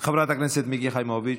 חברת הכנסת מיקי חיימוביץ'